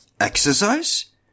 exercise